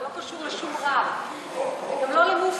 זה לא קשור לשום רב, גם לא למופתי.